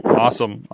Awesome